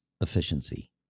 efficiency